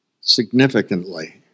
significantly